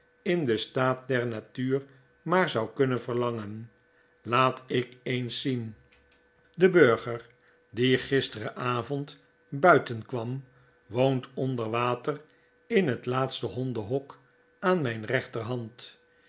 in den staat der natuur maar zou kunnen verlangen laat ik eens zien de burger die gisterenavond buiten kwam woont onder water in het laatste hondenhok aan mijn rechterhand